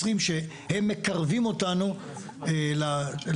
20 שהם מקרבים אותנו לקצה.